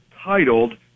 titled